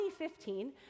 2015